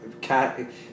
cat